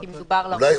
כי מדובר --- דקה,